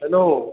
hello